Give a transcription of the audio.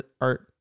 Art